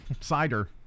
Cider